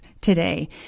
today